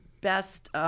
best